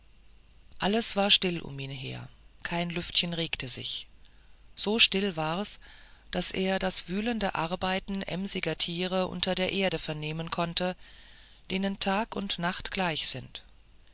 alles war still um ihn her kein lüftchen regte sich so still wars daß er das wühlende arbeiten emsiger tiere unter der erde vernehmen konnte denen tag und nacht gleich sind